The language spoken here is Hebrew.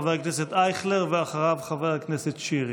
חבר הכנסת אייכלר, ואחריו, חבר הכנסת שירי.